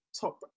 top